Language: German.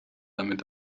damit